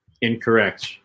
Incorrect